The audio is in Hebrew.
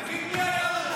תגיד מי היה פה.